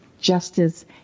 justice